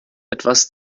etwas